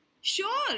Sure